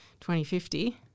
2050